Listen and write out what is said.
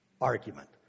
argument